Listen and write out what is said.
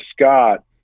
scott